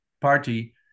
Party